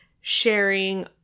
sharing